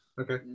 Okay